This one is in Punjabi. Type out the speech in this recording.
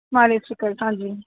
ਨਾਲ ਸਟਿੱਕਰ ਹਾਂਜੀ